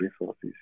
resources